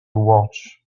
watch